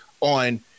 on